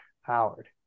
Howard